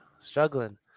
Struggling